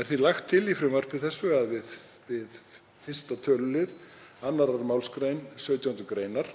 Er því lagt til í frumvarpi þessu að við 1. tölulið 2. mgr. 17. gr.